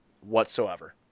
whatsoever